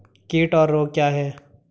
कीट और रोग क्या हैं?